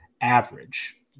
average